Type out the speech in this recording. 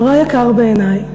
נורא יקר בעיני,